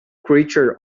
creature